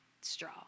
straw